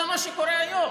זה מה שקורה היום.